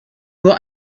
nur